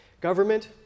Government